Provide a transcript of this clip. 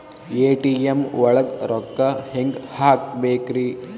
ATM ಒಳಗ್ ರೊಕ್ಕ ಹೆಂಗ್ ಹ್ಹಾಕ್ಬೇಕ್ರಿ?